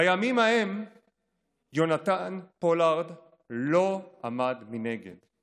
בימים ההם יונתן פולארד לא עמד מנגד.